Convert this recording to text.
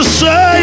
say